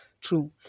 true